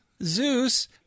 zeus